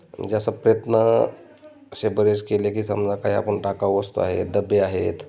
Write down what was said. म्हणजे असं प्रयत्न असे बरेच केले की समजा काही आपण टाकाऊ वस्तू आहेत डबे आहेत